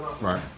right